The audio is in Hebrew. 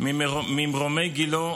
ממרומי גילו,